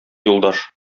юлдаш